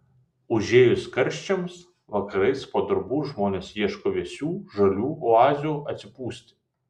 užėjus karščiams vakarais po darbų žmonės ieško vėsių žalių oazių atsipūsti